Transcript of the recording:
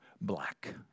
black